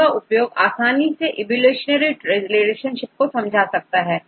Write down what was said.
इनका उपयोग आसानी इवोल्यूशनरी रिलेशनशिप को समझा जा सकता है